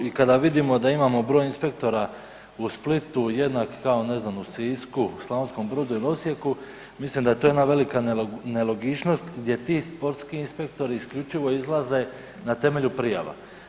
I kada vidimo da imamo broj inspektora u Splitu jednak kao ne znam u Sisku, Slavonskom Brodu ili u Osijeku mislim da je to jedna velika nelogičnost gdje ti sportski inspektori isključivo izlaze na temelju prijava.